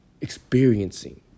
experiencing